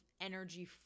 energy